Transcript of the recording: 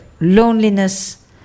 Loneliness